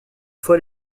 fois